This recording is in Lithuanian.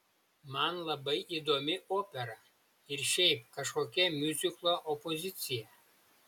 man labai įdomi opera ir šiaip kažkokia miuziklo opozicija